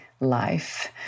Life